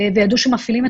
אפשר להתחיל את